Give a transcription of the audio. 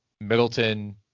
Middleton